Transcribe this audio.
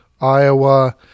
Iowa